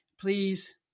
please